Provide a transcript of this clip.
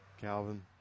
Calvin